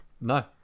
No